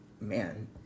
man